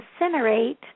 incinerate